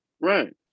Right